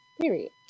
Period